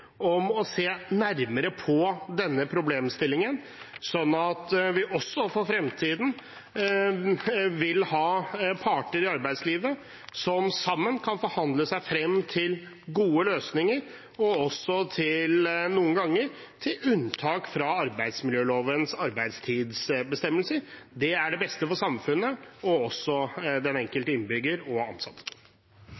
om å se nærmere på denne problemstillingen, slik at vi også for fremtiden vil ha parter i arbeidslivet som sammen kan forhandle seg frem til gode løsninger, og også – noen ganger – til unntak fra arbeidsmiljølovens arbeidstidsbestemmelser. Det er til beste for samfunnet og også for den